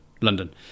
London